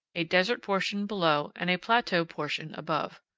a desert portion below and a plateau portion above.